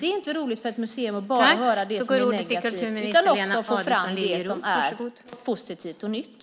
Det är inte roligt för ett museum att man bara pekar på det som är negativt utan att man också får fram det som är positivt och nytt.